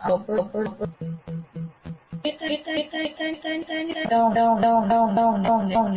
પ્રોત્સાહિત કરવામાં આવતી કુશળતાના